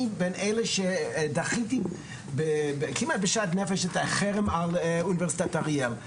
אני בין אלה שדחיתי כמעט בשאט נפש את החרם על אוניברסיטת אריאל,